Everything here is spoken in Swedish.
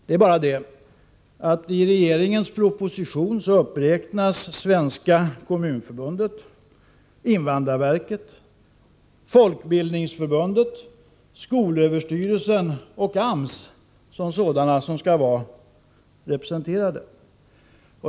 Det är bara det att man i regeringens proposition räknar upp Svenska kommunförbundet, invandrarverket, Folkbildningsförbundet, skolöverstyrelsen och AMS som exempel på sådana som skall vara representerade.